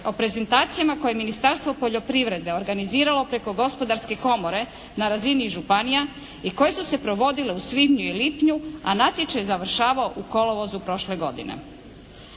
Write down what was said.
o prezentacijama koje Ministarstvo poljoprivrede organiziralo preko Gospodarske komore na razini županija i koji su se provodile u svibnju i lipnju, a natječaj je završavao u kolovozu prošle godine.